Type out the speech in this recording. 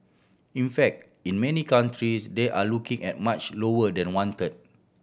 in fact in many countries they are looking at much lower than one third